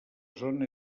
zona